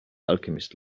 alchemist